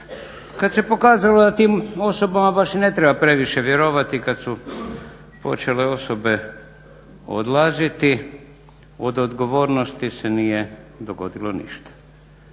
Kad se pokazalo da tim osobama baš i ne treba previše vjerovati kad su počele osobe odlaziti od odgovornosti se nije dogodilo ništa.